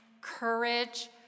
courage